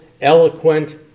eloquent